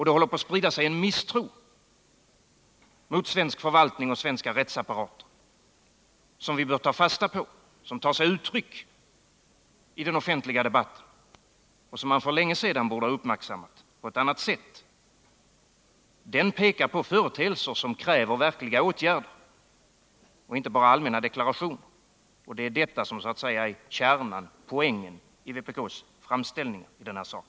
Det håller på att sprida sig en misstro mot svensk förvaltning och den svenska rättsapparaten som tar sig uttryck i den offentliga debatten och som för länge sedan borde ha uppmärksammats på ett annat sätt. Den debatten pekar på företeelser som kräver verkliga åtgärder och inte bara allmänna deklarationer, och det är detta som så att säga är poängen i vpk:s framställning i denna sak.